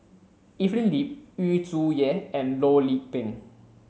Evelyn Lip Yu Zhuye and Loh Lik Peng